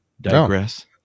digress